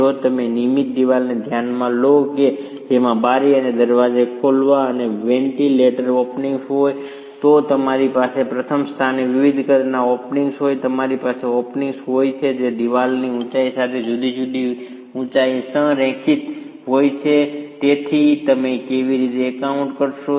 જો તમે નિયમિત દીવાલને ધ્યાનમાં લો કે જેમાં બારી અને દરવાજા ખોલવા અને વેન્ટિલેટર ઓપનિંગ્સ હોય તો તમારી પાસે પ્રથમ સ્થાને વિવિધ કદના ઓપનિંગ્સ હોય છે તમારી પાસે ઓપનિંગ્સ હોય છે જે દિવાલની ઊંચાઈ સાથે જુદી જુદી ઊંચાઈએ સંરેખિત હોય છે અને તેથી તમે કેવી રીતે એકાઉન્ટ કરશો